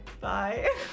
Bye